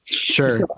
sure